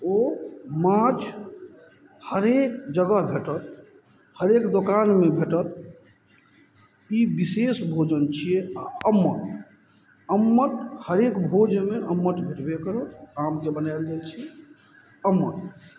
ओ माछ हरेक जगह भेटत हरेक दोकानमे भेटत ई विशेष भोजन छियै आ अम्मट अम्मट हरेक भोजमे अम्मट भेटबे करत आमके बनाओल जाइ छै अम्मट